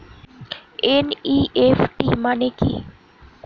NEFT মনে কি?